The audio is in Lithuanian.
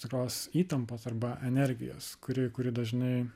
tikros įtampos arba energijos kuri kuri dažnai